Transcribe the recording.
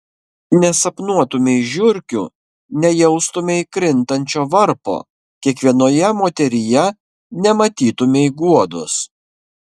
nesapnuotumei žiurkių nejaustumei krintančio varpo kiekvienoje moteryje nematytumei guodos